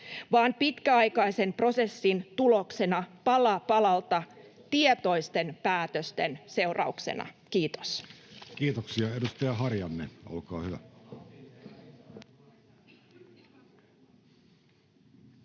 vaan pitkäaikaisen prosessin tuloksena pala palalta tietoisten päätösten seurauksena. — Kiitos. Kiitoksia. — Edustaja Harjanne, olkaa hyvä. Arvoisa